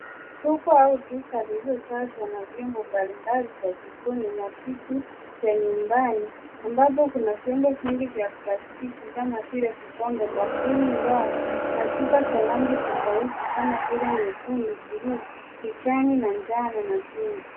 Soko au duka lililojazwa na vyombo mbalimbali vya jikoni na vitu vya nyumbani ambapo kuna vyombo vingi vya plastiki kama vile vikombe, bakuli, ndoo na chupa za rangi tofauti kama vile nyekundu, bluu, kijani na njano na vyungu.